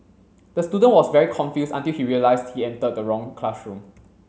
the student was very confused until he realized he entered the wrong classroom